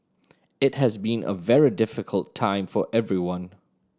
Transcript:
it has been a very difficult time for everyone